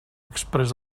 exprés